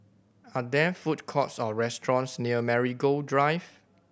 are there food courts or restaurants near Marigold Drive